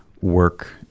work